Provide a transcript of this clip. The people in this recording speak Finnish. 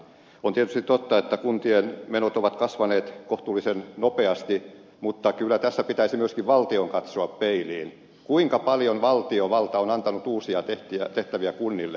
on tietysti totta että kuntien menot ovat kasvaneet kohtuullisen nopeasti mutta kyllä tässä pitäisi myöskin valtion katsoa peiliin siinä kuinka paljon valtiovalta on antanut uusia tehtäviä kunnille